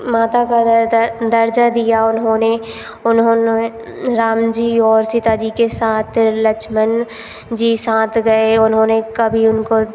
माता का दरता दर्जा दिया उन्होंने उन्होंने राम जी और सीता जी के साथ लक्ष्मण जी साथ गए उन्होंने कभी उनको